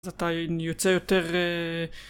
אז אתה יוצא יותר...